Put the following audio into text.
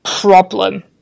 problem